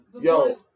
Yo